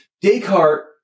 Descartes